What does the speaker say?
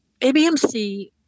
ABMC